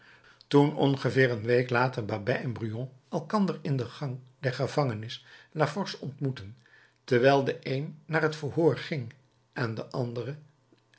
toen ongeveer een week later babet en brujon elkander in de gang der gevangenis la force ontmoetten terwijl de een naar het verhoor ging en de andere